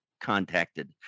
contacted